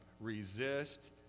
resist